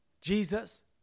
Jesus